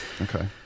Okay